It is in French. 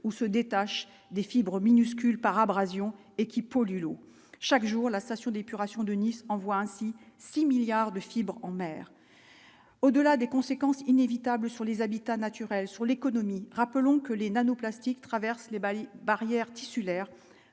ou se détachent des fibres minuscule par abrasion et qui pollue l'eau chaque jour la station d'épuration de Nice on voit ainsi 6 milliards de fibres en mer au-delà des conséquences inévitables sur les habitats naturels sur l'économie, rappelons que les nanos plastique traverse les balles barrière tissulaire